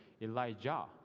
Elijah